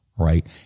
right